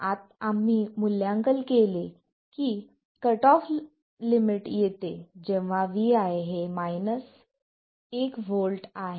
आम्ही मूल्यांकन केले की कट ऑफ लिमिट येते जेव्हा vi हे 1 V आहे